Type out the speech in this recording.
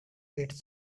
pits